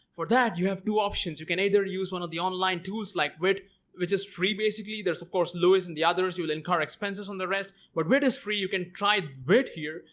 for that you have two options you can either use one of the online tools like wit which is free basically there's of course lewis and the others you will incur expenses on the rest but wait is free you can try bit here,